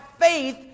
faith